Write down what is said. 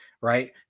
right